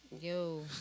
Yo